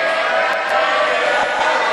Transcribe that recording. סעיף 91,